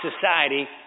society